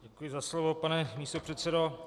Děkuji za slovo, pane místopředsedo.